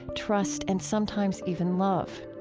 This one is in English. trust, and sometimes even love.